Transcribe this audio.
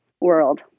world